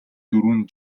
дөрвөн